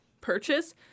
purchase